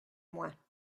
moins